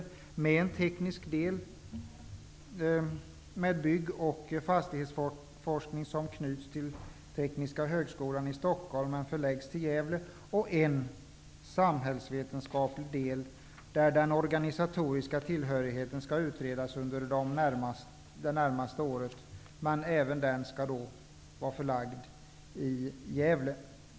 Det skall finnas en teknisk del med bygg och fastighetsforskning som knyts till Tekniska högskolan i Stockholm men förläggs till Gävle och en samhällsvetenskaplig del vars organisatoriska tillhörighet skall utredas under det närmaste året, men även den skall vara förlagd till Gävle.